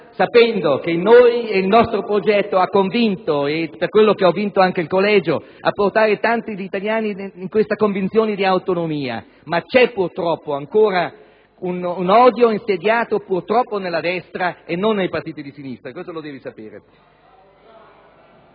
sapendo che noi e il nostro progetto abbiamo convinto (per quello ho vinto anche nel collegio) portando tanti italiani in questa convinzione di autonomia. Ma c'è purtroppo ancora un odio insediato nella destra e non nei partiti di sinistra, e questo lo devi sapere.